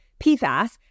PFAS